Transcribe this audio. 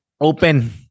open